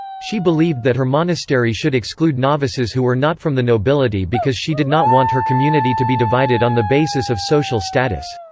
she believed that her monastery should exclude novices who were not from the nobility because she did not want her community to be divided on the basis of social status.